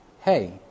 hey